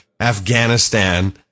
Afghanistan